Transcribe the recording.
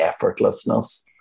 effortlessness